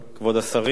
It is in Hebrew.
כבוד השרים,